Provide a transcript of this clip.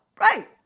right